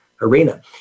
arena